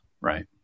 right